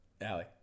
Allie